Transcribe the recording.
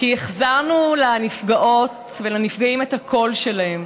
כי החזרנו לנפגעות ולנפגעים את הקול שלהם,